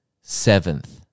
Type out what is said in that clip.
seventh